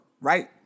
right